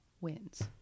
wins